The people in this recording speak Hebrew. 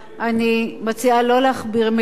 אני מציעה לא להכביר מלים.